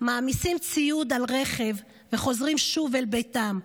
/ מעמיסים ציוד על רכב / וחוזרים שוב אל ביתם.